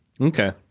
Okay